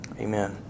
Amen